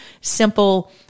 simple